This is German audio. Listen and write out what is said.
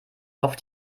auf